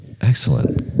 Excellent